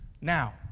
Now